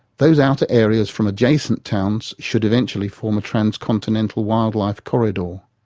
those outer areas from adjacent towns should eventually form a transcontinental wildlife corridor.